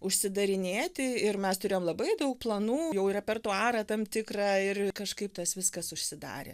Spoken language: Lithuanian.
užsidarinėti ir mes turėjom labai daug planų jau ir repertuarą tam tikrą ir kažkaip tas viskas užsidarė